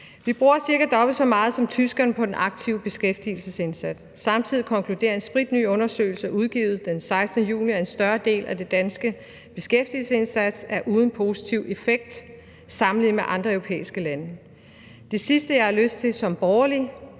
Vi bruger cirka dobbelt så meget som tyskerne på den aktive beskæftigelsesindsats. Samtidig konkluderer en spritny undersøgelse udgivet den 16. juni, at en større del af den danske beskæftigelsesindsats er uden positiv effekt sammenlignet med andre europæiske lande. Det sidste, jeg har lyst til som borgerlig,